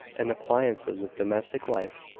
and appliances of domestic life.